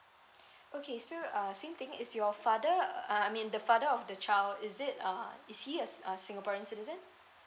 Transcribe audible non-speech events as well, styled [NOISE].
[BREATH] okay so uh same thing is your father uh I mean the father of the child is it uh is he a a singaporean citizen